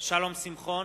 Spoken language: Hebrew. שלום שמחון,